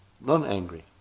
non-angry